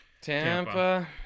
Tampa